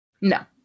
No